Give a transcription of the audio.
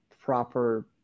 proper